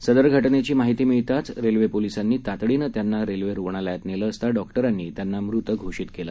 सदर घटनेची माहिती मिळताच रेल्वे पोलिसांनी तातडीनं त्यांना रेल्वे रुग्णालयात नेलं असता डॉक्टरांनी त्यांना मृत घोषित केलं